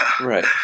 Right